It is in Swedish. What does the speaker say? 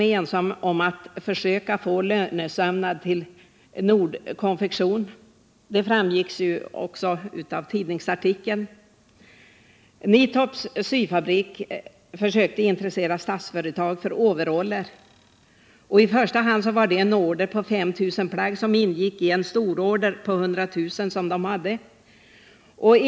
inte ensam om att försöka få lönsömnader till Nordkonfektion. Det framgick också av tidningsartikeln. Nittorps Syfabrik försökte intressera Statsföretag för overaller. I första hand var det en order på 5 000 plagg som ingick i en stororder på 100 000 overaller som Nittorps hade.